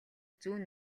зүүн